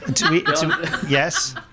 Yes